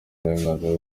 uburenganzira